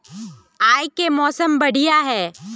आय के मौसम बढ़िया है?